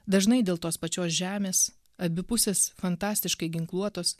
dažnai dėl tos pačios žemės abi pusės fantastiškai ginkluotos